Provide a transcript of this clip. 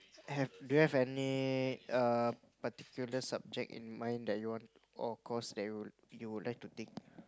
have do you have any err particular subject in mind that you want or course that you you would like to take